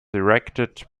erected